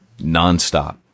nonstop